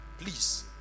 Please